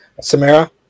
Samara